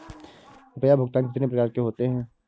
रुपया भुगतान कितनी प्रकार के होते हैं?